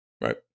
Right